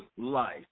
life